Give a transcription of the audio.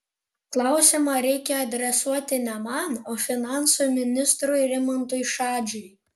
klausimą reikia adresuoti ne man o finansų ministrui rimantui šadžiui